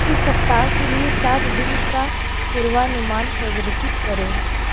इस सप्ताह के लिए सात दिन का पूर्वानुमान प्रदर्शित करो